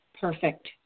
perfect